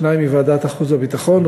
שניים מוועדת החוץ והביטחון,